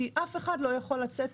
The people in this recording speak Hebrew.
כי אף אחד לא יכול לצאת.